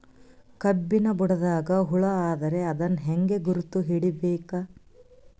ಕಬ್ಬಿನ್ ಬುಡದಾಗ ಹುಳ ಆದರ ಅದನ್ ಹೆಂಗ್ ಗುರುತ ಹಿಡಿಬೇಕ?